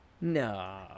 no